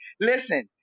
Listen